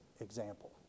example